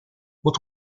what